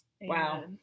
wow